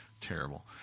terrible